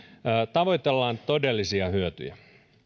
tavoitellaan todellisia hyötyjä